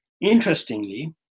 Interestingly